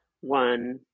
one